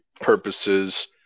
purposes